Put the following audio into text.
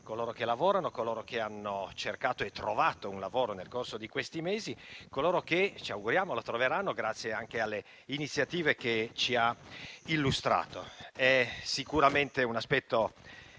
coloro che lavorano, di coloro che hanno cercato e trovato un lavoro nel corso di questi mesi e di coloro che ci auguriamo lo troveranno, grazie anche alle iniziative che ci ha illustrato. L'aumento della